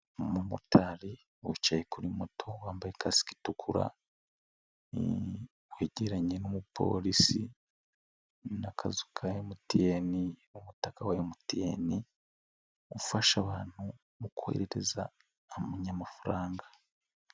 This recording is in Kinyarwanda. Umumotari wicaye kuri moto wambaye kasike itukura, wegeye n'umupolisi, n'akazu ka MTN, umutaka wa MTN ufasha abantu mu kohererezanya amafaranga.